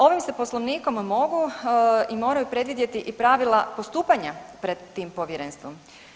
Ovim se poslovnikom mogu i moraju predvidjeti pravila postupanja pred tim povjerenstvom.